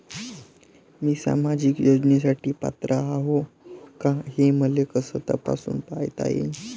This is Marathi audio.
मी सामाजिक योजनेसाठी पात्र आहो का, हे मले कस तपासून पायता येईन?